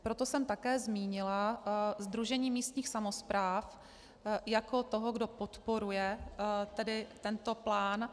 Proto jsem také zmínila Sdružení místních samospráv jako toho, kdo podporuje tento plán.